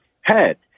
head